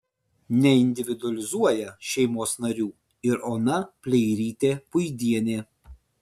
neindividualizuoja šeimos narių ir ona pleirytė puidienė